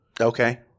Okay